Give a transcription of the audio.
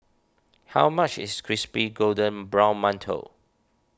how much is Crispy Golden Brown Mantou